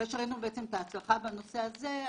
אחרי שראינו את ההצלחה בנושא הזה,